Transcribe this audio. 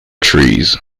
trees